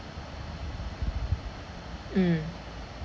mm